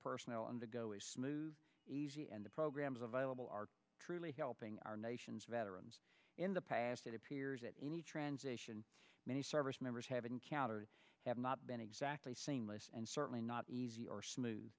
personnel on the go is smooth easy and the programs available are truly helping our nation's veterans in the past it appears that any transition many service members have encountered have not been exactly seamless and certainly not easy or smooth